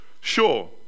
Sure